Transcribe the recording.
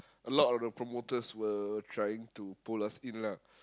a lot of the promoters were trying to pull us in lah